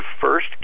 first